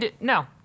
No